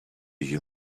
you